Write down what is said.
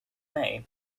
may